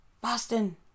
Boston